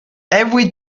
every